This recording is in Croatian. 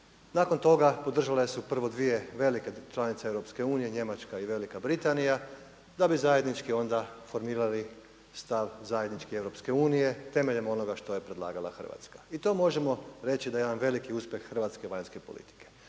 nakon toga podržale su prvo dvije velike članice EU Njemačka i Velika Britanija da bi zajednički onda formirali stav, zajedničke EU temeljem onoga što je predlagala Hrvatska. I to možemo reći da je jedan veliki uspjeh hrvatske vanjske politike.